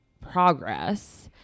progress